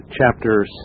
chapter